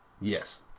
Yes